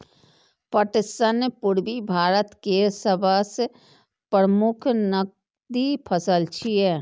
पटसन पूर्वी भारत केर सबसं प्रमुख नकदी फसल छियै